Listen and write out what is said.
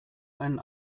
einen